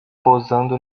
posando